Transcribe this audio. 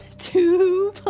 Two